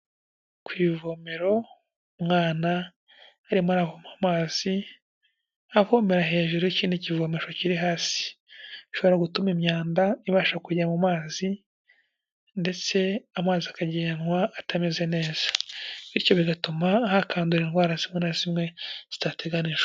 Ku ivomeraro umwana arimo aravoma amazi avomera hejuru y'ikindi kivomashwa kiri hasi, bishobora gutuma imyanda ibasha kujya mu mazi, ndetse amazi akagenywa atameze neza bityo bigatuma hakandura indwara zimwe na zimwe zitateganijwe.